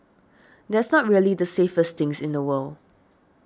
that's not really the safest thing in the world